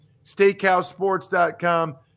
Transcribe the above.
SteakhouseSports.com